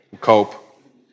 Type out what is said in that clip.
Cope